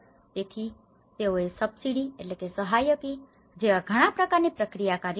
તેથી તેઓએ subsidy subsidy સહાયકી જેવાં ઘણા પ્રકારની પ્રક્રિયા કાર્યરત કરી